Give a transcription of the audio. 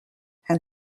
and